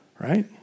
Right